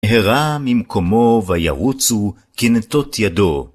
הרע ממקומו וירוץ הוא כנטות ידו.